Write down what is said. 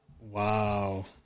Wow